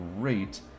great